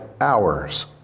hours